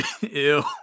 Ew